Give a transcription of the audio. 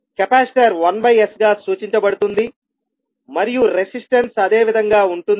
capacitor 1s గా సూచించబడుతుంది మరియు రెసిస్టన్స్ అదే విధంగా ఉంటుంది